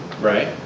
Right